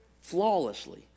flawlessly